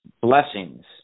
blessings